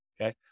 Okay